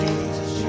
Jesus